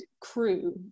crew